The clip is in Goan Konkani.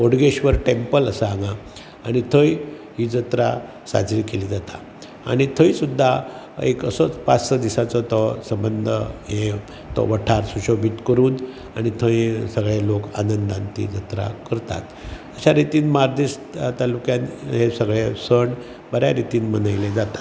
बोडगेश्वर टॅम्पल आसा हांगा आनी थंय ही जात्रा सादरी केल्ली जाता आनी थंय सुद्दां एक असोच पांच स दिसांचो तो सबंद योव्न तो व्हड्डा शुशोब बी करून आनी थंय सगळो लोक आनंदान ती जात्रा करता अश्या रितीन बार्देज तालुक्यान हे सगळे सण बऱ्या रितीन मनयले जातात